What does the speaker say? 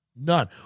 None